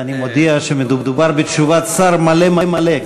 ואני מודיע שמדובר בתשובת שר מלא מלא,